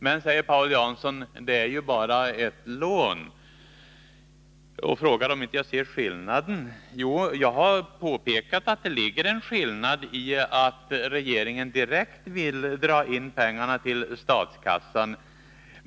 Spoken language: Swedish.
Men, säger Paul Jansson, det är bara ett lån, och han frågar om jag inte ser skillnaden. Jo, jag har påpekat att det ligger en skillnad i att regeringen direkt vill dra in pengarna till statskassan.